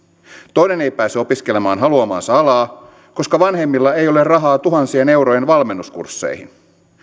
toinen ei pääse opiskelemaan haluamaansa alaa koska vanhemmilla ei ole rahaa tuhansien eurojen valmennuskursseihin